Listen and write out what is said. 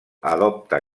adopta